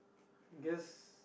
I guess